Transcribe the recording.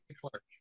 Clark